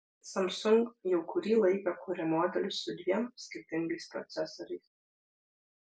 samsung jau kurį laiką kuria modelius su dviem skirtingais procesoriais